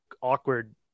awkward